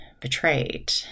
betrayed